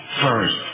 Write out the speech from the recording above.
first